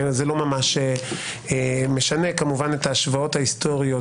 זה לא ממש משנה כמובן את ההשוואות ההיסטוריות,